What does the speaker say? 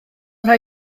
rhoi